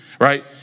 right